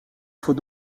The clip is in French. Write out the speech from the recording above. faut